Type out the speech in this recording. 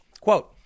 Quote